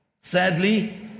sadly